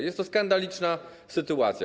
Jest to skandaliczna sytuacja.